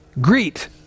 Greet